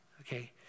Okay